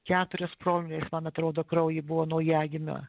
keturios promilės man atrodo kraujy buvo naujagimio